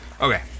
Okay